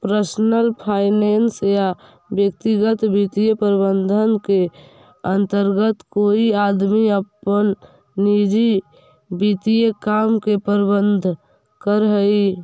personal finance या व्यक्तिगत वित्तीय प्रबंधन के अंतर्गत कोई आदमी अपन निजी वित्तीय काम के प्रबंधन करऽ हई